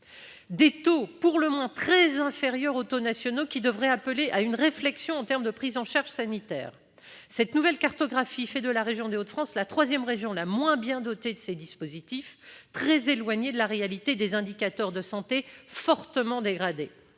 Ces taux pour le moins très inférieurs aux taux nationaux devraient susciter une réflexion sur la prise en charge sanitaire. Cette nouvelle cartographie fait de la région des Hauts-de-France la troisième région la moins bien dotée de ces dispositifs, bien loin de la réalité des indicateurs de santé fortement dégradés.